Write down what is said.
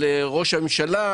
של ראש הממשלה,